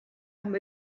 amb